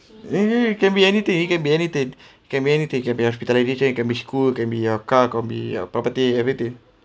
can be anything it can be anything can be anything can be hospitalisation can be school can be your car can be a property everything